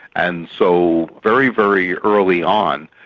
and so very, very early on,